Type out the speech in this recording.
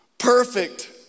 Perfect